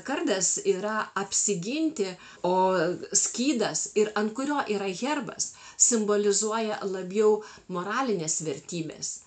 kardas yra apsiginti o skydas ir ant kurio yra herbas simbolizuoja labiau moralines vertybes